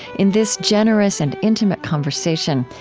in this generous and intimate conversation,